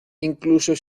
incluso